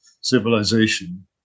civilization